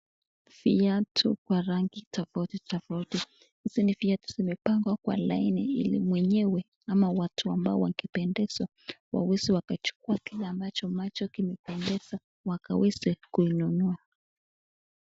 Viatu vya rangi tofauti tofauti. Hizi ni viatu zimepangwa kwa laini ili mwenyewe ama watu ambao wakipendezwa waweze wakachukua kile ambacho macho kimependeza wakaweze kuinunua.